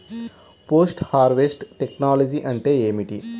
Post harvest technology అంటే ఏమిటి?